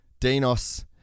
Dinos